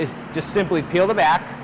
is just simply peel back